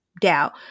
doubt